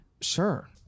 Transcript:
Sure